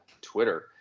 Twitter